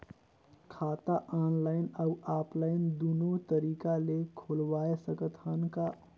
खाता ऑनलाइन अउ ऑफलाइन दुनो तरीका ले खोलवाय सकत हन का?